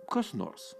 kas nors